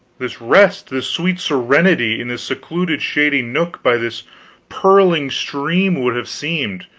this rest, this sweet serenity in this secluded shady nook by this purling stream would have seemed,